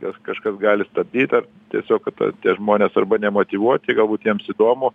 tas kažkas gali stabdyt ar tiesiog kad ta žmonės arba nemotyvuoti galbūt jiems įdomu